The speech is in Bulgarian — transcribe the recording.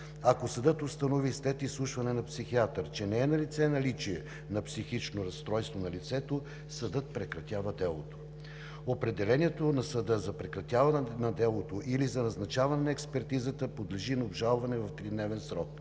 Ако съдът установи след изслушване на психиатър, че не е налице наличие на психично разстройство на лицето, съдът прекратява делото. Определението на съда за прекратяване на делото или за назначаване на експертизата подлежи на обжалване в тридневен срок.